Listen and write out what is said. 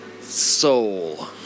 soul